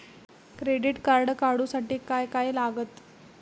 Credit card काढूसाठी काय काय लागत?